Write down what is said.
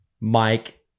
Mike